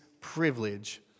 privilege